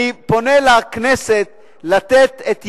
אני פונה אל הכנסת לתת את ידה,